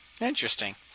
interesting